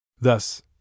Thus